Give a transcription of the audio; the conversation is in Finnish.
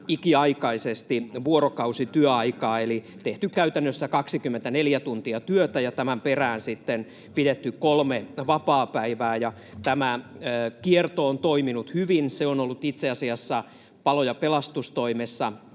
ikiaikaisesti vuorokausityöaikaa eli tehty käytännössä 24 tuntia työtä ja tämän perään sitten pidetty kolme vapaapäivää. Tämä kierto on toiminut hyvin. Se on ollut itse asiassa palo- ja pelastustoimessa